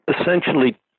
essentially